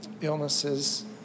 illnesses